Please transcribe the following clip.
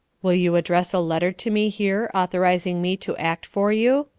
will you address a letter to me here, authorizii me to act for you?